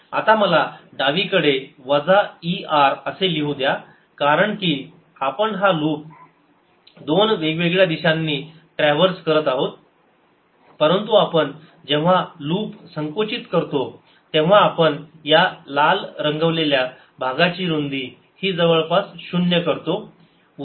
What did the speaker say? आता मला डावीकडे वजा er असे लिहू द्या कारण की आपण हा लूप दोन वेगवेगळ्या दिशांनी ट्रॅव्हर्स करत आहोत परंतु आपण जेव्हा लूप संकुचित करतो तेव्हा आपण या लाल रंगवलेल्या भागाची रुंदी ही जवळपास शून्य करतो